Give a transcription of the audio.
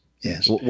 yes